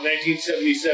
1977